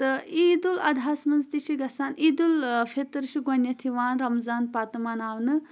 تہٕ عید الضحس منٛز تہِ چھِ گژھان عیدالفطر چھُ گۄڈٕنٮ۪تھ یِوان رمضان پتہٕ مناونہٕ